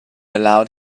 allowed